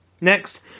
Next